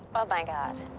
oh, my god.